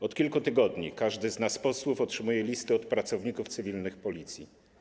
Od kilku tygodni każdy z nas, posłów, otrzymuje listy od pracowników cywilnych Policji.